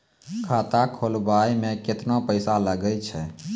खाता खोलबाबय मे केतना पैसा लगे छै?